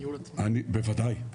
בוודאי.